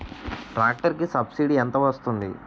Tractor కి subsidy ఎంత వస్తుంది?